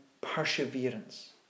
perseverance